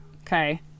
Okay